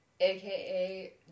aka